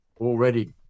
Already